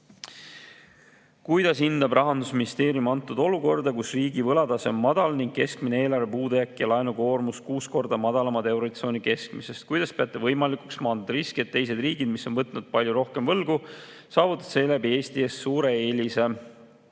"Kuidas hindab Rahandusministeerium antud olukorda, kus riigi võlatase on madal ning keskmine eelarve puudujääk ja laenukoormus kuus korda madalam eurotsooni keskmisest? Kuidas peate võimalikuks maandada riski, et teised riigid, mis on võtnud palju rohkem võlgu, saavutavad seeläbi Eesti ees suure eelise,